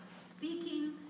speaking